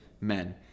men